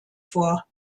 vor